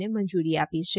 ને મંજૂરી આપી છે